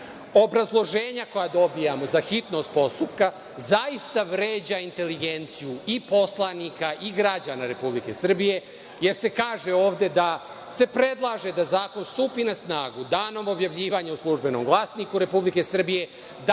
obrazloženja koja dobijamo za hitnost postupka zaista vređaju inteligenciju i poslanika i građana Republike Srbije, jer se kaže ovde da se predlaže da zakon stupi na snagu danom objavljivanja u „Službenom glasniku Republike Srbije“